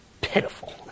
pitiful